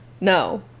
No